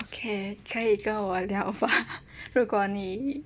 可以跟我聊如果你